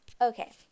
Okay